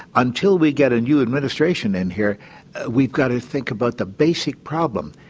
until we get a new administration in here we've got to think about the basic problem,